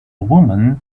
woman